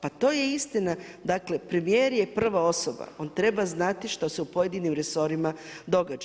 Pa to je istina, dakle, premijer je prva osoba, on treba znati što se u pojedinim resorima događa?